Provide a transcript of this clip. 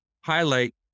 highlight